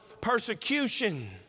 persecution